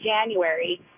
January